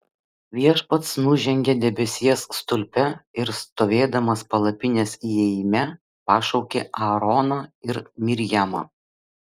viešpats nužengė debesies stulpe ir stovėdamas palapinės įėjime pašaukė aaroną ir mirjamą